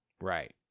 Right